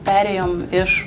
perėjom iš